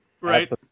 right